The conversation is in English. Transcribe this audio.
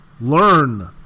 Learn